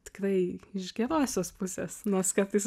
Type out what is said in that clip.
tikrai iš gerosios pusės nors kartais